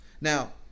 Now